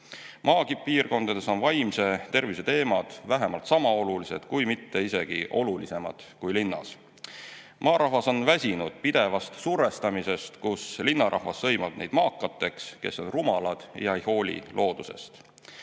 Maapiirkondades on vaimse tervise teemad vähemalt sama olulised, kui mitte isegi olulisemad kui linnas. Maarahvas on väsinud pidevast survestamisest, kus linnarahvas sõimab neid maakateks, kes on rumalad ja ei hooli loodusest.